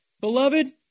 Beloved